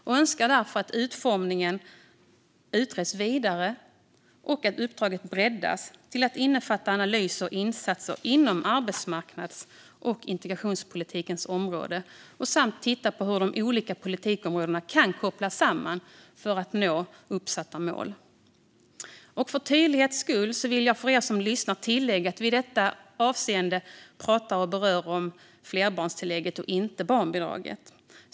Vi önskar därför att utformningen utreds vidare och att uppdraget breddas till att innefatta analyser och insatser inom arbetsmarknads och integrationspolitikens område samt att titta på hur olika politikområden kan kopplas samman för att nå uppsatta mål. För tydlighets skull vill jag för er som lyssnar tillägga att vi i detta avseende pratar om flerbarnstillägget och inte om barnbidraget.